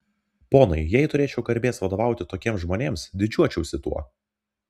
ponai jei turėčiau garbės vadovauti tokiems žmonėms didžiuočiausi tuo